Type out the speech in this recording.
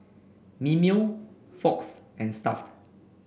Mimeo Fox and Stuff'd